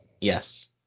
yes